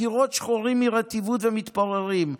הקירות שחורים מרטיבות ומתפוררים,